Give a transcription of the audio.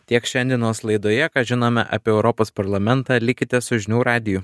tiek šiandienos laidoje ką žinome apie europos parlamentą likite su žinių radiju